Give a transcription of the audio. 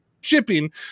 shipping